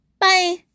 Bye